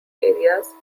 areas